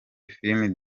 filimi